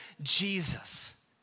Jesus